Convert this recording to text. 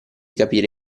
capire